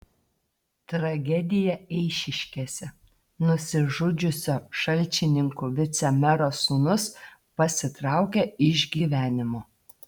tragedija eišiškėse nusižudžiusio šalčininkų vicemero sūnus pasitraukė iš gyvenimo